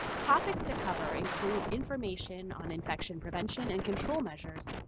topics to cover include information on infection prevention and control measures